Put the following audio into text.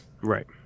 right